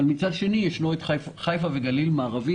אבל מצד שני יש את חיפה וגליל מערבי,